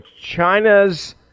China's